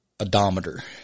odometer